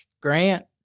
Grant